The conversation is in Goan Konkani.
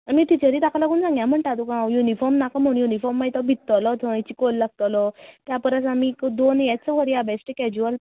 आमी टिचरी ताका लागून सांगयां म्हण तुका हांव यूनिफॉर्म नाका म्हण यूनिफॉर्म मागीर भिजतलों थंय चिकोल लागतलों त्या परस आमी एक दोन येच वरीया बेश्टे केजूअल